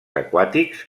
aquàtics